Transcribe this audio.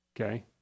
Okay